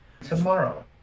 Tomorrow